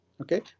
okay